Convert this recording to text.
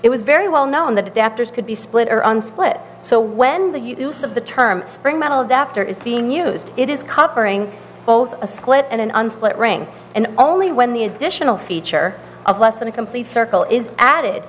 it was very well known that adapters could be split or unsplit so when the use of the term spring modeled after it's being used it is covering both a split and an unflattering and only when the additional feature of less than a complete circle is added